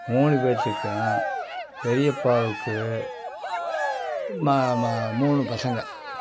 மூணு பேர்த்துக்கும் பெரியப்பாவுக்கு மூணு பசங்கள்